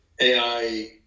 AI